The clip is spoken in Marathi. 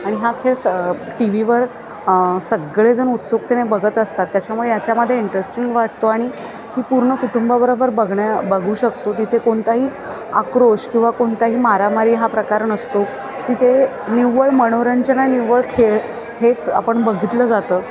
आणि हा खेळ स टी वीवर सगळेजण उत्सुकतेने बघत असतात त्याच्यामुळे याच्यामध्ये इंटरेस्टिंग वाटतो आणि ती पूर्ण कुटुंबाबरोबर बघण्या बघू शकतो तिथे कोणताही आक्रोश किंवा कोणताही मारामारी हा प्रकार नसतो तिथे निव्वळ मनोरंजन आणि निव्वळ खेळ हेच आपण बघितलं जातं